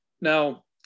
Now